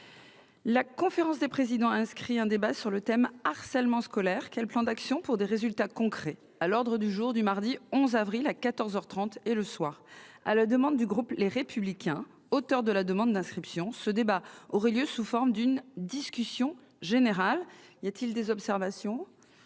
La conférence des présidents a inscrit un débat sur le thème « Harcèlement scolaire : quel plan d'action pour des résultats concrets ?» à l'ordre du jour du mardi 11 avril 2023, à quatorze heures trente et le soir. À la demande du groupe Les Républicains, auteur de la demande d'inscription, ce débat aurait lieu sous forme d'une discussion générale. Il n'y a pas d'observation ?